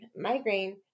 migraine